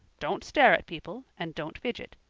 don't stare at people and don't fidget.